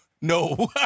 No